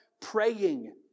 praying